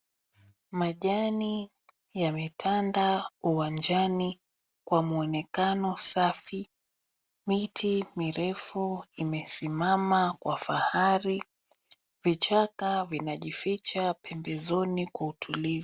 Majani yametanda uwanjani kwa mwonekano safi, miti mirefu imesimama kwa fahari vichaka vinajificha pembezoni kwa utulivu.